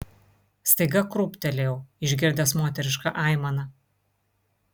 staiga krūptelėjau išgirdęs moterišką aimaną